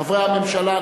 חברי הממשלה,